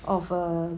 of err